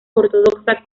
ortodoxa